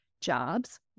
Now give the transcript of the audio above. jobs